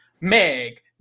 Meg